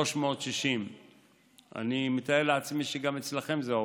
360. אני מתאר לעצמי שגם אצלכם זה עובד.